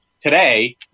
today